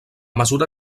mesura